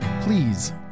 Please